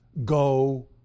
Go